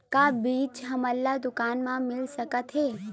का बीज हमला दुकान म मिल सकत हे?